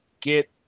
get